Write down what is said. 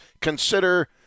consider